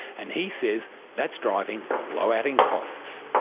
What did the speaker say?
and he says that's driving a blowout in costs.